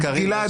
חבר הכנסת קריב,